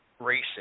racing